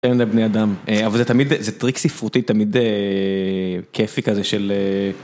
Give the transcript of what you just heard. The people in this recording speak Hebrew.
בני אדם אבל זה תמיד זה טריק ספרותי תמיד כיפי כזה של.